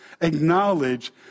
acknowledge